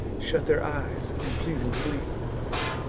shut their eyes in pleasing sleep.